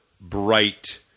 bright